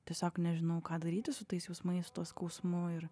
tiesiog nežinau ką daryti su tais jausmais tuo skausmu ir